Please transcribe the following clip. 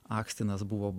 akstinas buvo